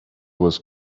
was